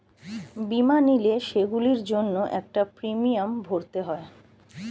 বীমা নিলে, সেগুলোর জন্য একটা প্রিমিয়াম ভরতে হয়